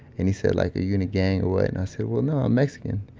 and he said, like a unit, gang, or what. and i said, well, no. i'm mexican.